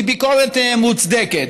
היא ביקורת מוצדקת.